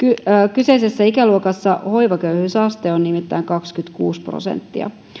kyseisessä ikäluokassa hoivaköyhyysaste on nimittäin kaksikymmentäkuusi prosenttia